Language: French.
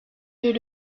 deux